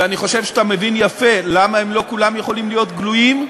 ואני חושב שאתה מבין יפה למה הם לא כולם יכולים להיות גלויים.